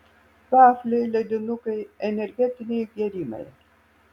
vafliai ledinukai energetiniai gėrimai